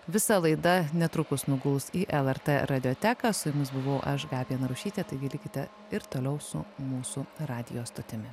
visa laida netrukus nuguls į lrt radioteką su jumis buvau aš gabija narušytė taigi likite ir toliau su mūsų radijo stotimi